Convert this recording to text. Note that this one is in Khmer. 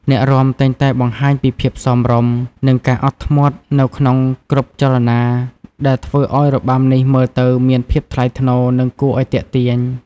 អ្នករាំតែងតែបង្ហាញពីភាពសមរម្យ និងការអត់ធ្មត់នៅក្នុងគ្រប់ចលនា ដែលធ្វើឲ្យរបាំនេះមើលទៅមានភាពថ្លៃថ្នូរ និងគួរឲ្យទាក់ទាញ។